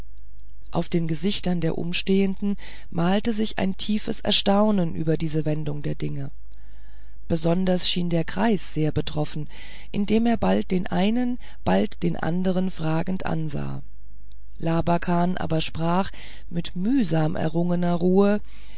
auf den gesichtern der umstehenden malte sich tiefes erstaunen über diese wendung der dinge besonders schien der greis sehr betroffen indem er bald den einen bald den andern fragend ansah labakan aber sprach mit mühsam errungener ruhe